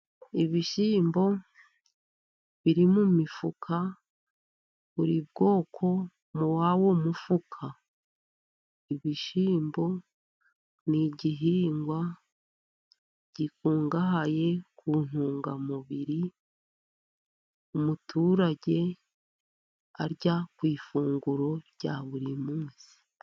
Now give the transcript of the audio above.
Ibishyimbo biri mu mifuka buri bwoko mu wawo mufuka. Ibishyimbo ni igihingwa gikungahaye ku ntungamubiri, umuturage arya ku ifunguro rya buri munsi.